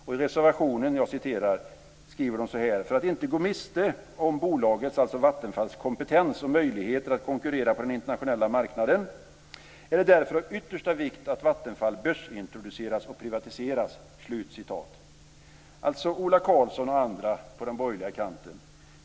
Och i reservationen skriver de så här: "För att inte gå miste om bolagets" - alltså Vattenfalls - "kompetens och möjligheter att konkurrera på den internationella marknaden är det därför av yttersta vikt att Vattenfall börsintroduceras och privatiseras."